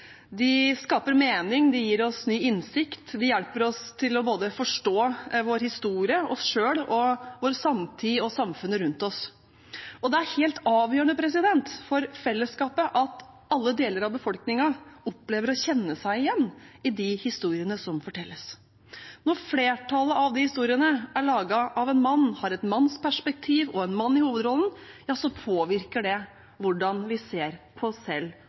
De skaper mening, de gir oss ny innsikt, de hjelper oss til å forstå både vår historie, oss selv, vår samtid og samfunnet rundt oss. Det er helt avgjørende for fellesskapet at alle deler av befolkningen opplever å kjenne seg igjen i de historiene som fortelles. Når flertallet av disse historiene er laget av en mann, har en manns perspektiv og en mann i hovedrollen, påvirker det hvordan vi ser på oss selv